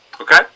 Okay